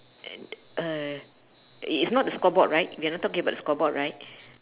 uh it's not the scoreboard right we are not talking about the scoreboard right